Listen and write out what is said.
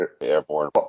Airborne